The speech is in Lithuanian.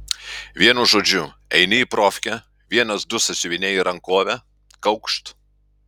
vienu žodžiu eini į profkę vienas du sąsiuviniai į rankovę kaukšt